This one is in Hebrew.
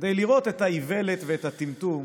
כדי לראות את האיוולת ואת הטמטום: